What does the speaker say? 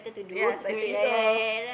ya I think so